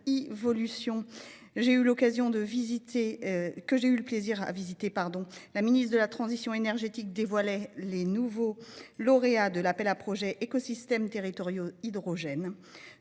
salon HyVolution 2023, que j'ai eu plaisir à visiter, la ministre de la transition énergétique dévoilait les nouveaux lauréats de l'appel à projets « Écosystèmes territoriaux hydrogène